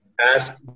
ask